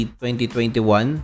2021